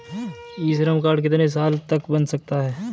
ई Shram card कितने साल तक बन सकता है?